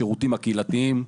השירותים הקהילתיים,